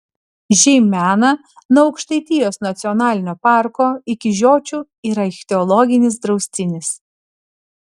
žeimena nuo aukštaitijos nacionalinio parko iki žiočių yra ichtiologinis draustinis